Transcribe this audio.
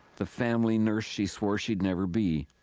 the family nurse she swore she'd never be.